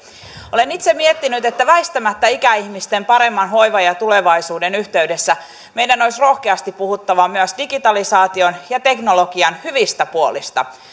olen itse miettinyt että väistämättä ikäihmisten paremman hoivan ja tulevaisuuden yhteydessä meidän olisi rohkeasti puhuttava myös digitalisaation ja teknologian hyvistä puolista